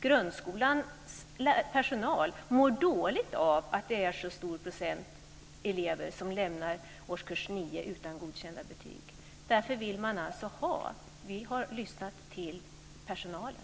Grundskolans personal mår dåligt av att det är så stor andel elever som lämnar årskurs nio utan godkända betyg. Därför är detta någonting som man vill ha. Vi har lyssnat till personalen.